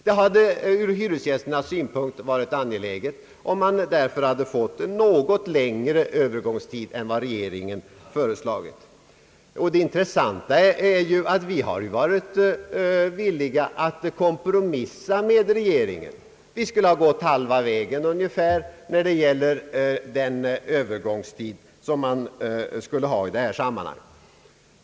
Det hade ur hyresgästernas synpunkt varit angeläget om man därför hade fått en något längre övergångstid än vad regeringen föreslagit. Det intressanta är att vi har varit villiga att kompromissa med regeringen. Vi skulle ha gått ungefär halva vägen var när det gäller övergångstiden i detta sammanhang.